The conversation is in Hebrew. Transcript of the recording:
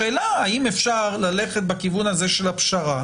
השאלה האם אפשר ללכת בכיוון של פשרה